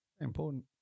Important